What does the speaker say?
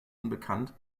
unbekannt